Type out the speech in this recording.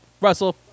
Russell